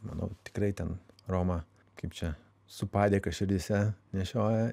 manau tikrai ten romą kaip čia su padėka širdyse nešioja